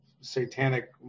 satanic